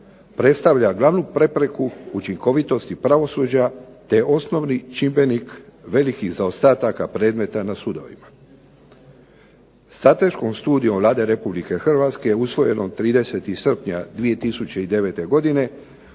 Predstavlja glavnu prepreku učinkovitosti pravosuđa te osnovni čimbenik velikih zaostataka predmeta na sudovima. Strateškom studijom Vlade RH usvojenom 30. srpnja 2009. godine